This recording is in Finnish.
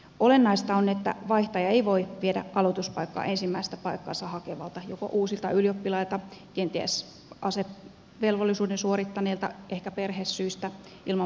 olennaista on että vaihtaja ei voi viedä aloituspaikkaa ensimmäistä paikkaansa hakevalta joko uusilta ylioppilailta kenties asevelvollisuuden suorittaneelta ehkä perhesyistä ilman paikkaa olevilta